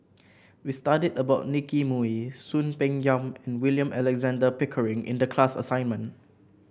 we studied about Nicky Moey Soon Peng Yam and William Alexander Pickering in the class assignment